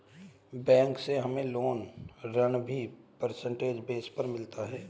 bank से हमे loan ऋण भी परसेंटेज बेस पर मिलता है